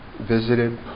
visited